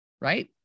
right